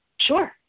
Sure